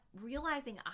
realizing